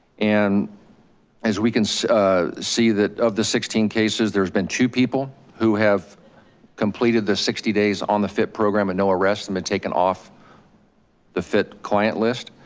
and as we can see that of the sixteen cases, there's been two people who have completed the sixty days on the fit program and no arrests have and been taken off the fit client list.